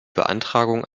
beantragung